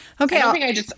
Okay